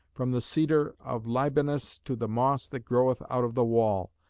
from the cedar of libanus to the moss that groweth out of the wall,